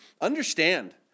Understand